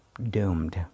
doomed